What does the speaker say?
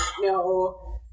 No